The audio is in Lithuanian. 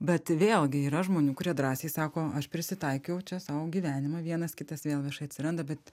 bet vėlgi yra žmonių kurie drąsiai sako aš prisitaikiau čia sau gyvenimą vienas kitas vėl veš atsiranda bet